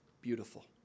beautiful